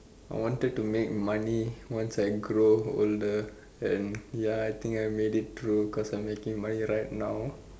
I wanted to make money once I grow older and ya I think I made it true cause I'm making money right now